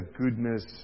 goodness